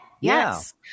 Yes